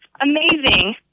Amazing